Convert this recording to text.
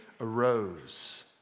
arose